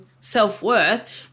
self-worth